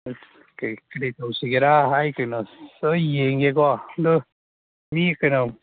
ꯑꯁ ꯀꯔꯤ ꯀꯔꯤ ꯇꯧꯁꯤꯔ ꯑꯩ ꯀꯩꯅꯣ ꯌꯦꯡꯒꯦꯀꯣ ꯑꯗꯨ ꯃꯤ ꯀꯩꯅꯣ